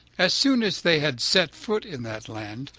as soon as they had set foot in that land,